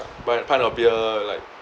buy a pint of beer like